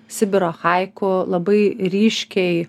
sibiro hajeku labai ryškiai